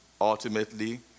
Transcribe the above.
ultimately